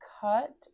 cut